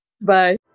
Bye